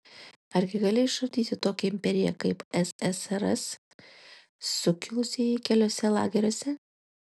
argi gali išardyti tokią imperiją kaip ssrs sukilusieji keliuose lageriuose